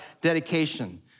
dedication